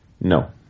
No